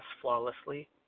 flawlessly